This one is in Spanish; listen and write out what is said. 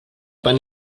pan